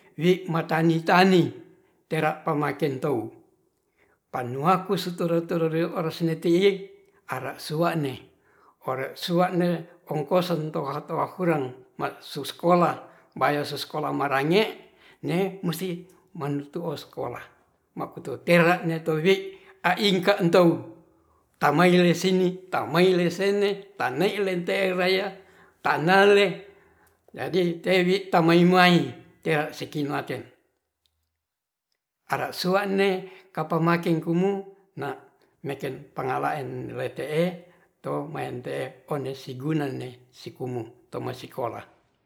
Wi mar tani-tani tera' pamaken tou panua kusu turu-turu riu ores neti'ing ara su'ane ore sua'ne oangkosen tora-tora kuhurang masuk sekolah bayar sekolah marange ne musti mantu o sekolah makuto tera ne towi a'ingka ntou tamaile sini tamaile sene tenelen te'raya tanale jadi tewi tamai-mai tera siki maken ara suan'ne kapa making kumu na' meken pangala'en lete'e to maen te'e onde siguna'ne sikimu toma sikolah